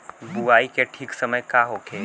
बुआई के ठीक समय का होखे?